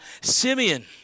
Simeon